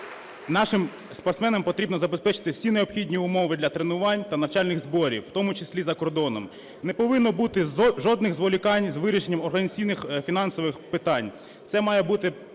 Нашим спортсменам потрібно забезпечити всі необхідні умови для тренувань та навчальних зборів, в тому числі за кордоном. Не повинно бути жодних зволікань з вирішенням організаційних, фінансових питань, це має бути